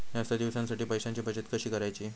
जास्त दिवसांसाठी पैशांची बचत कशी करायची?